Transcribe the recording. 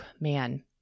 man